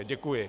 Děkuji.